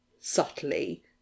subtly